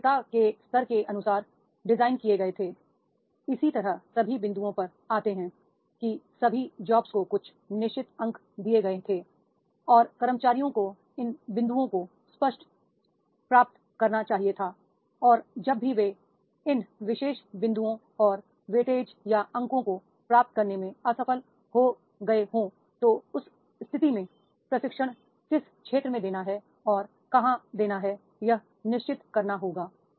वरिष्ठता के स्तर के अनुसार डिजाइन किए गए थे इसी तरह सभी बिं दुओं पर आते हैं कि सभी जॉब्स को कुछ निश्चित अंक दिए गए थे और कर्मचारियों को इन बिं दुओं को प्राप्त करना चाहिए था और जब भी वे इन विशेष बिं दुओं और वेटेज या अंकों को प्राप्त करने में असफल हो गया हो तो उस स्थिति में प्रशिक्षण किस क्षेत्र में देना है और कहां देना है यह निश्चित करना होगा